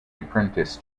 apprentice